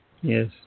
Yes